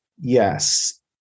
Yes